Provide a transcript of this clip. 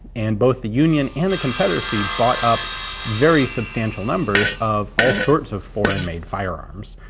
and both the union and the confederacy bought up very substantial numbers of all sorts of foreign made firearms.